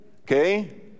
okay